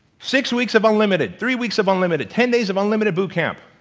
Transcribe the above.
six weeks of unlimited, three weeks of unlimited, ten days of unlimited boot-camp.